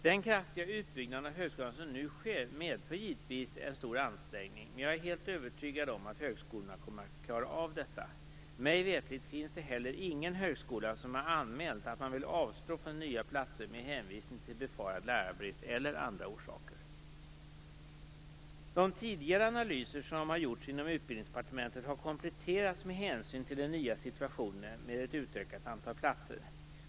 Den kraftiga utbyggnaden av högskolan som nu sker medför givetvis en stor ansträngning, men jag är övertygad om att högskolorna kommer att klara av detta. Mig veterligt finns det heller ingen högskola som har anmält att man vill avstå från nya platser med hänvisning till befarad lärarbrist eller andra orsaker. De tidigare analyser som har gjorts inom Utbildningsdepartementet har kompletterats med hänsyn till den nya situationen med ett utökat antal platser.